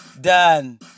done